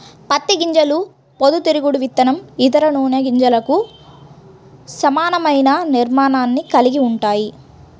పత్తి గింజలు పొద్దుతిరుగుడు విత్తనం, ఇతర నూనె గింజలకు సమానమైన నిర్మాణాన్ని కలిగి ఉంటాయి